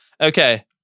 Okay